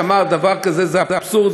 שאמר שדבר כזה זה אבסורד,